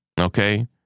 okay